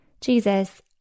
Jesus